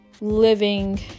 living